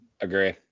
Agree